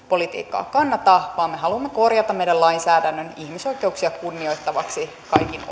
politiikkaa kannata vaan me haluamme korjata meidän lainsäädäntömme ihmisoikeuksia kunnioittavaksi kaikin